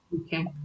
Okay